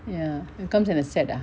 ya it comes in a set ah